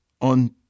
on